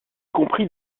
compris